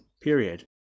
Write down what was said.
period